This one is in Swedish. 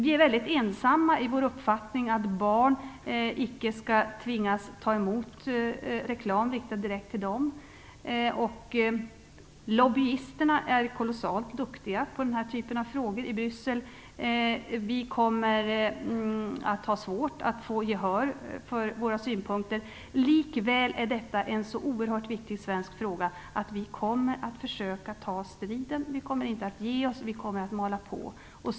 Vi är mycket ensamma i vår uppfattning att barn icke skall tvingas ta emot reklam riktad direkt till dem. Lobbyisterna i Bryssel när det gäller den här typen av frågor är kolossalt duktiga, och vi kommer att ha svårt att få gehör för våra synpunkter. Likväl är detta en så oerhört viktig svensk fråga att vi kommer att försöka ta striden. Vi kommer inte att ge oss utan kommer att mana på.